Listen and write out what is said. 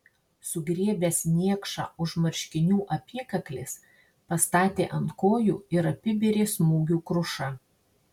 sugriebęs niekšą už marškinių apykaklės pastatė ant kojų ir apibėrė smūgių kruša